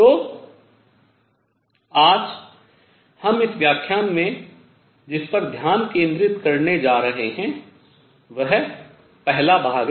तो आज हम इस व्याख्यान में जिस पर ध्यान केंद्रित करने जा रहे हैं वह पहला भाग है